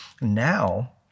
Now